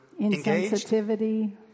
Insensitivity